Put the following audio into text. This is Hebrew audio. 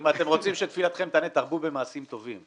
אם אתם רוצים שתפילתכם תיענה תרבו במעשים טובים,